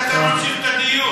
איך אתה ממשיך את הדיון?